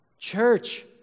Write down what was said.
Church